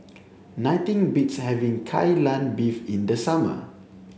nothing beats having kai lan beef in the summer